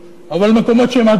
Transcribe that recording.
אבל מקומות שהם הגונים,